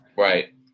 Right